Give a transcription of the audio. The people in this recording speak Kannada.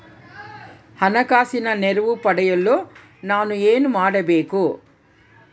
ಹಣಕಾಸಿನ ನೆರವು ಪಡೆಯಲು ನಾನು ಏನು ಮಾಡಬೇಕು?